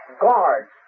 guards